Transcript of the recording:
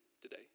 today